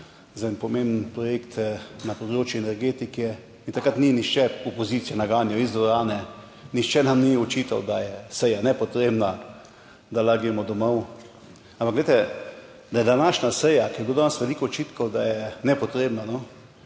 za en pomemben projekt na področju energetike in takrat ni nihče opozicije naganjal iz dvorane, nihče nam ni očital, da je seja nepotrebna, da lahko gremo domov, ampak glejte, da je današnja seja, ki je bilo danes veliko očitkov, da je nepotrebna, no.